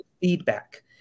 feedback